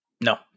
No